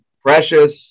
precious